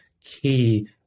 key